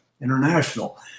International